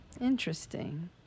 Interesting